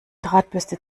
drahtbürste